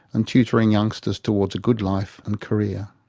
and tutoring youngsters towards a good life and career.